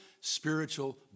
spiritual